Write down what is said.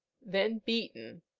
then beaten,